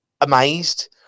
amazed